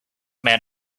man